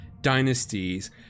dynasties